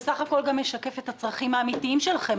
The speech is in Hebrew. הביצוע בפועל בסך הכול גם משקף את הצרכים האמיתיים שלכם,